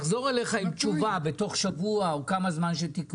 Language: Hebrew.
לחזור אליך עם תשובה בתוך שבוע או כמה זמן שתקבעו,